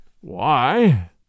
Why